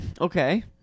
Okay